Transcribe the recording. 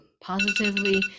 positively